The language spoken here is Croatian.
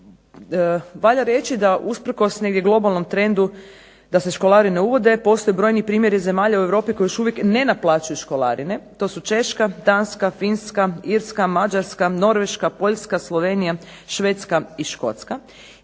valja reći da usprkos negdje globalnom trendu da se školarine uvode postoje brojni primjeri zemalja u Europi koji još uvijek ne naplaćuju školarine. To su Češka, Danska, Finska, Irska, Mađarska, Norveška, Poljska, Slovenija, Švedska i Škotska